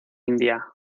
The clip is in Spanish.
india